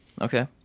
Okay